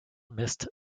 missed